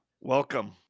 welcome